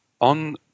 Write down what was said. on